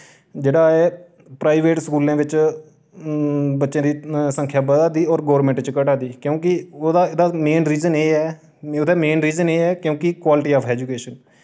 जेह्ड़ा ए प्राइवेट स्कूलें बिच बच्चें दी संख्या बधै दी और गोरमैंट च घटै दी क्यूंकि ओह्दा एह्दा मेन रीजन एह् ऐ एह्दा मेन रीजन एह् ऐ क्यूंकि क्वालिटी आफ एजुकेशन